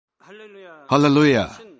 Hallelujah